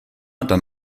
dann